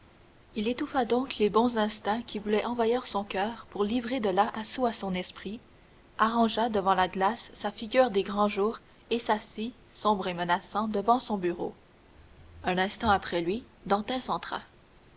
il étouffa donc les bons instincts qui voulaient envahir son coeur pour livrer de là assaut à son esprit arrangea devant la glace sa figure des grands jours et s'assit sombre et menaçant devant son bureau un instant après lui dantès entra